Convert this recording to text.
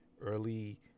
early